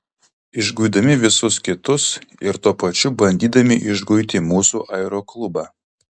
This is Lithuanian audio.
išguidami visus kitus ir tuo pačiu bandydami išguiti mūsų aeroklubą